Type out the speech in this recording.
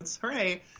Hooray